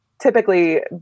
typically